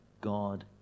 God